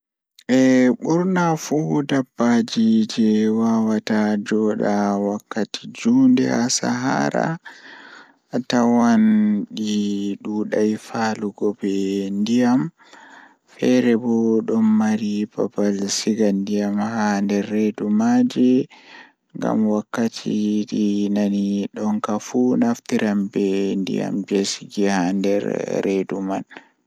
Haa less ndiyan mi wawan mi joga pofde am jei minti dido minti didi laatan cappan e jweego jweego gud didi laata temerre e nogas sekan temmere e nogas.